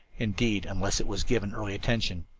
indeed, unless it was given early attention.